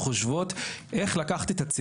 אין לו תעסוקה,